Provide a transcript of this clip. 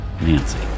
Nancy